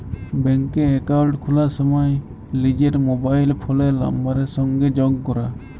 ব্যাংকে একাউল্ট খুলার সময় লিজের মবাইল ফোলের লাম্বারের সংগে যগ ক্যরা